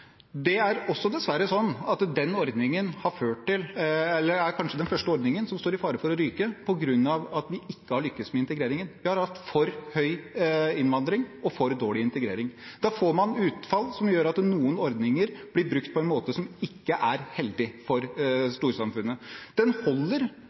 Det er også dessverre sånn at den ordningen kanskje er den første ordningen som står i fare for å ryke fordi vi ikke har lyktes med integreringen. Vi har hatt for høy innvandring og for dårlig integrering. Da får man utfall som gjør at noen ordninger blir brukt på en måte som ikke er heldig for